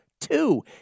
two